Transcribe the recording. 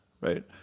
right